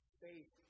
faith